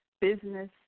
business